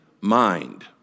mind